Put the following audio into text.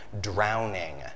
drowning